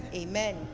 amen